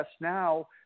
now